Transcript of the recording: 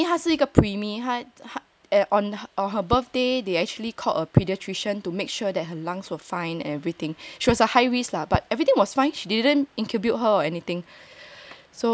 tiny 她是一个 premi 她她 at on on her birthday they actually called a pediatrician to make sure that her lungs were fine everything she was a high risk lah but everything was fine she didn't incubate her or anything